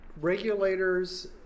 regulators